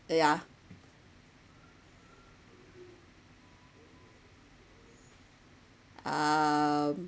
uh ya um